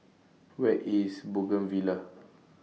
Where IS Bougainvillea